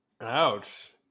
ouch